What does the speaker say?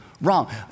Wrong